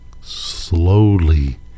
slowly